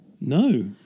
No